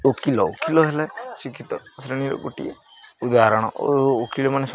ଓକିଲ ଓକିଲ ହେଲେ ଶିକ୍ଷିତ ଶ୍ରେଣୀର ଗୋଟିଏ ଉଦାହରଣ ଓ ଓକିଲ ମାନେ